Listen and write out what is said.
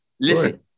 Listen